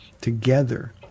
together